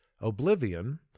oblivion